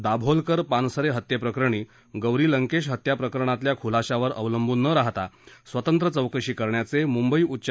दाभोळकर पानसरे हत्येप्रकरणी गौरी लंकेश हत्याप्रकरणातल्या खुलाशावर अवलंबून न राहता स्वतंत्र चौकशी करण्याचे मुंबई उच्च